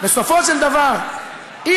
בסופו של דבר של דבר,